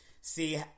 see